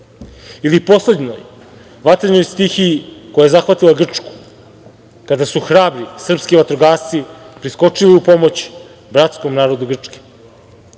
ili poslednjoj, vatrenoj stihiji koja je zahvatila Grčku, kada su hrabri srpski vatrogasci priskočili u pomoć bratskom narodu Grčke.